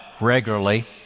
regularly